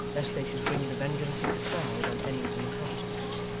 lest they should bring the vengeance of the crowd on any of the inhabitants.